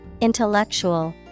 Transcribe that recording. intellectual